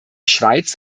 schweiz